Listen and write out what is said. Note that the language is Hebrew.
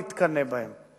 להתקנא בהם,